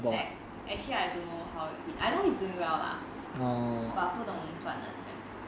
that actually I don't know how is he I know he's doing well lah but 不懂赚了怎样